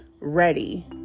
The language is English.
ready